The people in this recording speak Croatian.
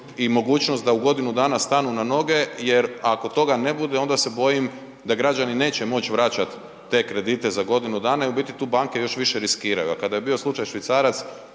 i mogućnost da u godinu dana stanu na noge jer ako toga ne bude onda se bojim da građani neće moć vraćat te kredite za godinu dana i u biti tu banke još više riskiraju. A kada je bio slučaj švicarac